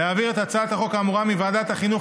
להעביר את הצעת החוק האמורה מוועדת החינוך,